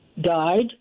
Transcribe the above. died